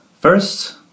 First